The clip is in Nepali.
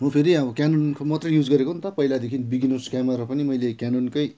म फेरि अब क्यानोनको मात्रै युज गरेको नि त पहिलादेखि बिगिनर्स क्यामरा पनि मैले क्यानोनकै